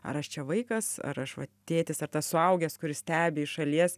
ar aš čia vaikas ar aš va tėtis ar tas suaugęs kuris stebi iš šalies